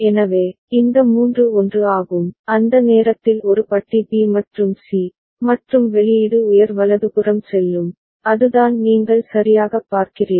எனவே இந்த மூன்று 1 ஆகும் அந்த நேரத்தில் ஒரு பட்டி B மற்றும் C மற்றும் வெளியீடு உயர் வலதுபுறம் செல்லும் அதுதான் நீங்கள் சரியாகப் பார்க்கிறீர்கள்